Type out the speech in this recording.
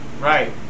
Right